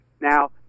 Now